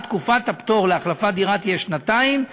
תקופת הפטור בהחלפת דירה תהיה שנתיים,